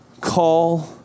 call